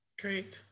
great